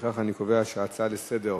לפיכך אני קובע שההצעות לסדר-היום: